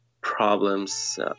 problems